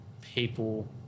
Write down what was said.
people